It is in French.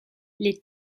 les